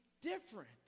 different